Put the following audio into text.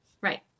Right